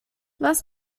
was